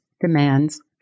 demands